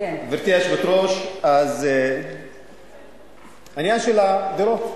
גברתי היושבת-ראש, העניין של הדירות,